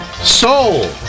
Soul